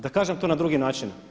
Da kažem to na drugi način.